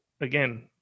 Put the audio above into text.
again